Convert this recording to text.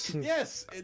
Yes